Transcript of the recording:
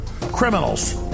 criminals